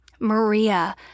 Maria